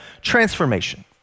Transformation